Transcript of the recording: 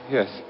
Yes